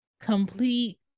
complete